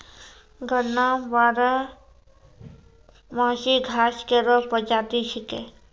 गन्ना बारहमासी घास केरो प्रजाति छिकै